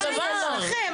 מה יש לכן,